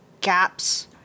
gaps